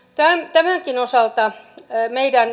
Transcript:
tämänkin osalta meidän